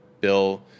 Bill